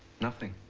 nothing.